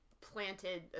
planted